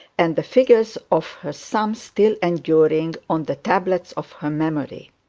and the figures of her sum still enduring on the tablets of her memory.